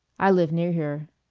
i live near here,